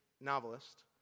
novelist